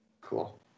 Cool